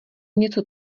něco